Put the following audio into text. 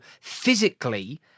physically